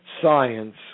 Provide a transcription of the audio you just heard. science